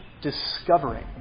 discovering